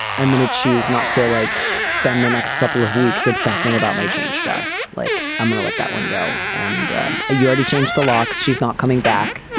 i'm going to choose not to like spend the next couple of weeks obsessing about my change jar like i'm going to let that one go and you already changed the locks. she's not coming back.